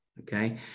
okay